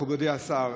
מכובדי השר,